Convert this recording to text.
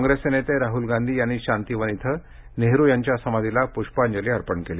काँप्रेसचे नेते राहुल गांधी यांनी शांतीवन इथं नेहरु यांच्या समाधीला पुष्पांजली अर्पण केली